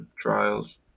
trials